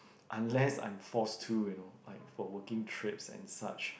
unless I'm forced to you know like for working trips and such